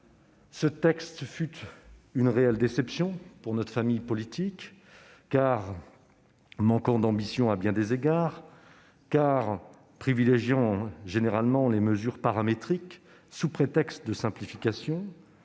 ce texte fut une réelle déception pour notre famille politique, car il manquait d'ambition à bien des égards, car il privilégiait généralement les mesures paramétriques, sous prétexte de simplification,